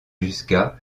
jusqu’à